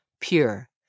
pure